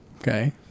Okay